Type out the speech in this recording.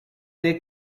they